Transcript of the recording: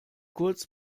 kurz